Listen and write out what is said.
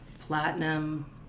Platinum